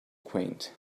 quaint